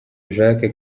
jacques